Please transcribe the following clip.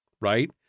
right